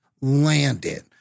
landed